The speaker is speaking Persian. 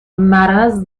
مرض